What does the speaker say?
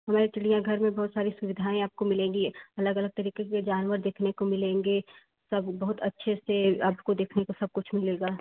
हमारे चिड़ियाघर में बहुत सारी सुविधाएँ आपको मिलेगी अलग अलग तरीक़े के जानवर देखने को मिलेंगे सब बहुत अच्छे से आपको देखने को सब कुछ मिलेगा